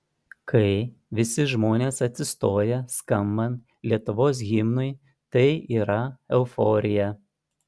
kai visi žmonės atsistoja skambant lietuvos himnui tai yra euforija